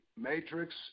Matrix